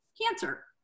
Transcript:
cancer